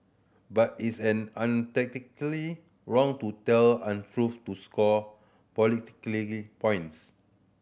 but it's an unethically wrong to tell untruth to score politically points